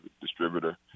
distributor